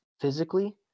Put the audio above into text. physically